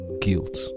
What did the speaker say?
Guilt